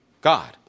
God